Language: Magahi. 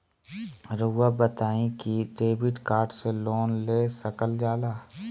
रहुआ बताइं कि डेबिट कार्ड से लोन ले सकल जाला?